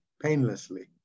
painlessly